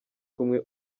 kumwe